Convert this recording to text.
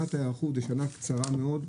שנה של היערכות זאת שנה קצרה מאוד.